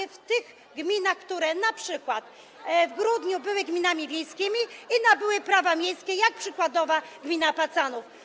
Są to te gminy, które np. w grudniu były gminami wiejskimi i nabyły prawa miejskie, jak przykładowo gmina Pacanów.